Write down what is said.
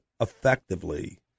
effectively